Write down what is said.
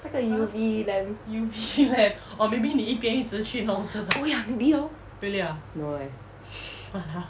那个 U_V lamp oh ya maybe oh no eh